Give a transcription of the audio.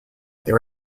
there